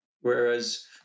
Whereas